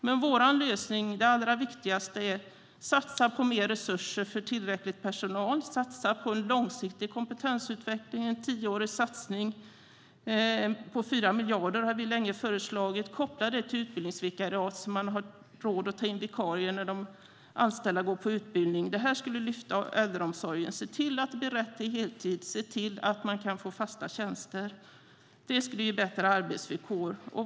Det allra viktigaste i vår lösning är att satsa på mer resurser för tillräcklig personal, att satsa på en långsiktig kompetensutveckling. En tioårig satsning på 4 miljarder har vi länge föreslagit. Koppla det till utbildningsvikariat så att man har råd att ta in vikarier när de anställda går på utbildning. Det skulle lyfta äldreomsorgen. Se till att personal får rätt till heltid! Se till att man kan få fasta tjänster! Det skulle ge bättre arbetsvillkor.